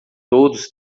todos